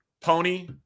Pony